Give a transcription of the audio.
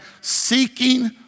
seeking